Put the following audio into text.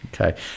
Okay